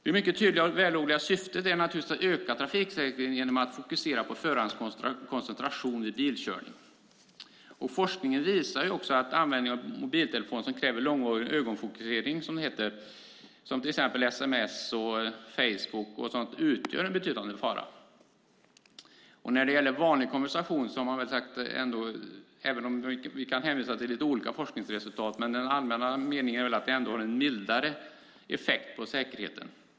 Det mycket tydliga och vällovliga syftet är naturligtvis att öka trafiksäkerheten genom att fokusera på förarens koncentration vid bilkörning. Forskningen visar också att användning av mobiltelefon som kräver långvarig ögonfokusering, som till exempel sms och Facebook, utgör en betydande fara. När det gäller vanlig konversation kan vi hänvisa till olika forskningsresultat, men den allmänna meningen är väl att det har en mildare effekt på säkerheten.